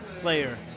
player